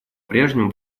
прежнему